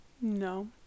no